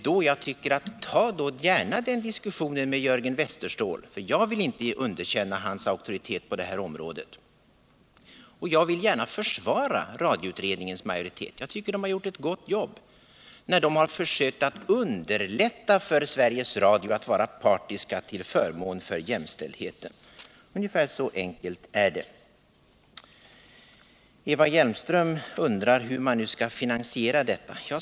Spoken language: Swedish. Men tag då den diskussionen med Jörgen Westerståhl, för jag vill inte underkänna hans auktoritet på det här området. Jag vill gärna försvara utredningens majoritet. Jag tycker att den har gjort ett gott arbete, när den har försökt underlätta för Sveriges Radio att vara partisk till förmån för jämställdheten. Ungefär så enkelt är det. Eva Hjelmström undrar hur man nu skall finansiera detta.